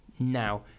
Now